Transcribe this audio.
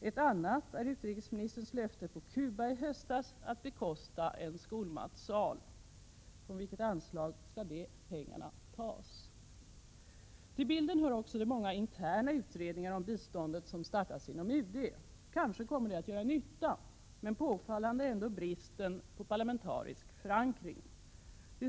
Ett annat exempel är utrikesministerns löfte på Cuba i höstas att bekosta en skolmatsal. Från vilket anslag skall de pengarna tas? Till bilden hör också de många interna utredningar om biståndet som har startats inom UD. Kanske kommer de att göra nytta, men bristen på parlamentarisk förankring är påfallande.